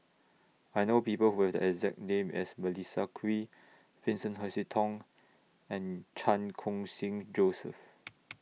I know People Who Have The exact name as Melissa Kwee Vincent Hoisington and Chan Khun Sing Joseph